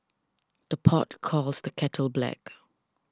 the pot calls the kettle black